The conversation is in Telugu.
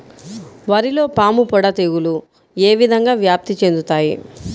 వరిలో పాముపొడ తెగులు ఏ విధంగా వ్యాప్తి చెందుతాయి?